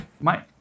Mike